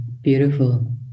beautiful